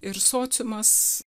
ir sociumas